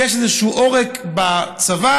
כי יש איזשהו עורק בצוואר,